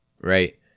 right